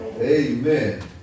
Amen